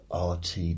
RT